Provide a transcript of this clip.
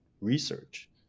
research